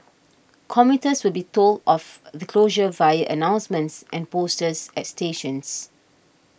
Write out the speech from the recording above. commuters will be told of the closures via announcements and posters at stations